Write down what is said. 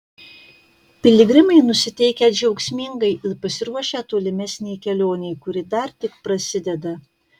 piligrimai nusiteikę džiaugsmingai ir pasiruošę tolimesnei kelionei kuri dar tik prasideda